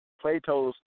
Plato's